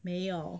没有